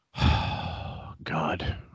God